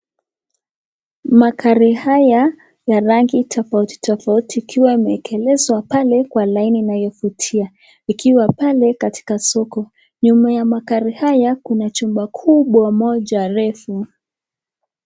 Magari haya ya rangi tofauti tofauti ikiwa imeegeeshwa pale kwa laini inayovutia, ikiwa pale katika soko. Nyuma ya magari haya kuna jumba kubwa moja refu.